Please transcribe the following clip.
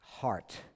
heart